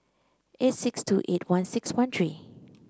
eight six two eight one six one three